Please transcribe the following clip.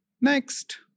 next